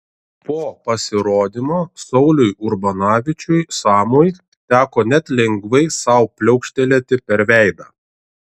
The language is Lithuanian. po pasirodymo sauliui urbonavičiui samui teko net lengvai sau pliaukštelėti per veidą